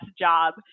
job